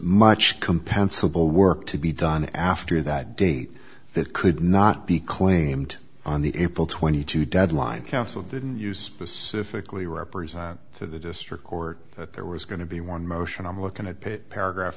compensable work to be done after that date that could not be claimed on the april twenty two deadline counsel didn't use pacifically represent to the district court that there was going to be one motion i'm looking at pitt paragraph